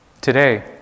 Today